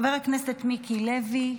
חבר הכנסת מיקי לוי?